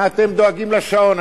מה אתם דואגים לשעון?